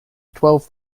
twelve